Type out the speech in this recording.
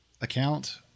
account